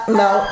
no